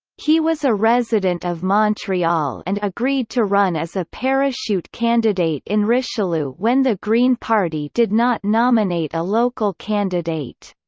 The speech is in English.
he was a resident of montreal and agreed to run as a parachute candidate in richelieu when the green party did not nominate a local candidate.